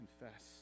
confess